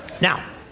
Now